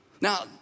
Now